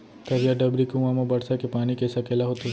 तरिया, डबरी, कुँआ म बरसा के पानी के सकेला होथे